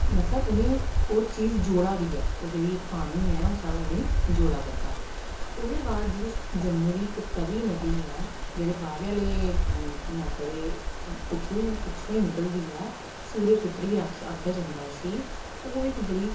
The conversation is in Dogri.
मतलब उ'नेंगी ओह् चीज जोड़ा दी ऐ ओह् जेह्ड़ी पानी ऐ ओह् उ'नेंगी जोड़ा करदा ओह्दे बाद जेह्ड़े साढ़े जम्मू दी इक तवी नदी ऐ जेह्ड़ी बाह्वे आह्ली माता दे उद्धरों ई पिच्छों ही निकलदी ऐ सूर्य पुत्री बी आखेआ जंदा उसी ओह् इक बड़ी